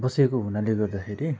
बसेको हुनाले गर्दाखेरि